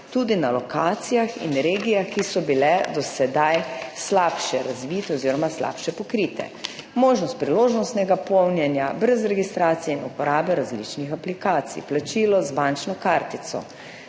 na lokacijah in regijah, ki so bile do sedaj slabše razvite oziroma slabše pokrite. Možnost priložnostnega polnjenja brez registracije in uporabe različnih aplikacij, plačilo z bančno kartico,